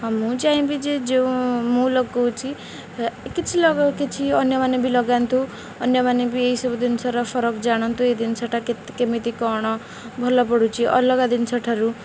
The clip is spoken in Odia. ହଁ ମୁଁ ଚାହିଁବି ଯେ ଯେଉଁ ମୁଁ ଲଗାଉଛି କିଛି ଲ କିଛି ଅନ୍ୟମାନେ ବି ଲଗାନ୍ତୁ ଅନ୍ୟମାନେ ବି ଏହିସବୁ ଜିନିଷର ଫରକ ଜାଣନ୍ତୁ ଏହି ଜିନିଷଟା କେମିତି କ'ଣ ଭଲ ପଡ଼ୁଛି ଅଲଗା ଜିନିଷ ଠାରୁ